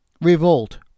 revolt